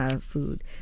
food